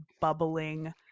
bubbling